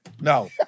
No